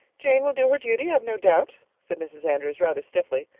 jane will do her duty, i've no doubt, said mrs. andrews rather stiffly.